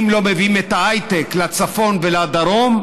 אם לא מביאים את ההייטק לצפון ולדרום,